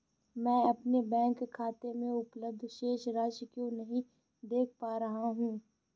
मैं अपने बैंक खाते में उपलब्ध शेष राशि क्यो नहीं देख पा रहा हूँ?